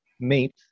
meet